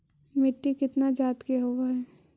मिट्टी कितना जात के होब हय?